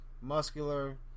muscular